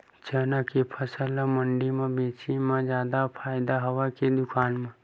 चना के फसल ल मंडी म बेचे म जादा फ़ायदा हवय के दुकान म?